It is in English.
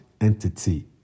entity